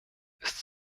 ist